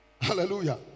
Hallelujah